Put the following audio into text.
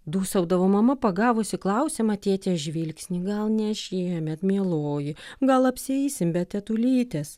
dūsaudavo mama pagavusi klausiamą tėtės žvilgsnį gal ne šiemet mieloji gal apsieisim be tetulytės